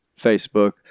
Facebook